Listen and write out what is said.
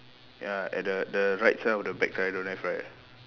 ya at the the right side of the back tyre don't have right